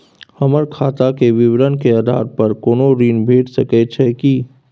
हमर खाता के विवरण के आधार प कोनो ऋण भेट सकै छै की?